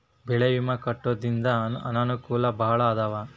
ಬೆಳೆ ವಿಮಾ ಕಟ್ಟ್ಕೊಂತಿದ್ರ ಅನಕೂಲಗಳು ಬಾಳ ಅದಾವ